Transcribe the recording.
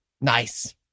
Nice